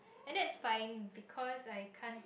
and that's fine because I can't